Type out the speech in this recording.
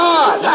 God